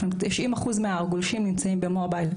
90% מהגולשים נמצאים במובייל.